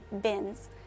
bins